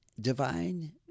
divine